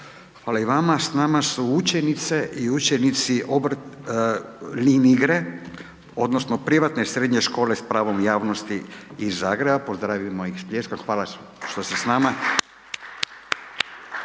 Hvala i vama. S nama su učenice i učenici Linigre odnosno privatne srednje škole s pravom javnosti iz Zagreba, pozdravimo ih s pljeskom, hvala što ste s nama.